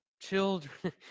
children